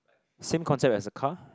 same concept as a car